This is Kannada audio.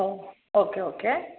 O okay okay